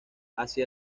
hacia